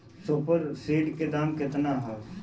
Super seeder के दाम केतना ह?